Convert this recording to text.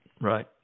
right